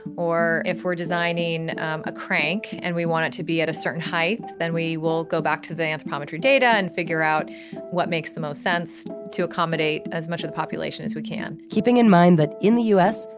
or if we're designing a crank and we want it to be at a certain height, then we will go back to the anthropometry data and figure out what makes the most sense to accommodate as much of the population as we can keeping in mind that in the u s,